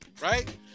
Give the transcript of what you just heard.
Right